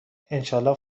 انشااله